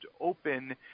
open